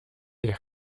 est